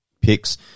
picks